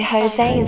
Jose